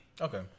Okay